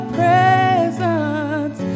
presence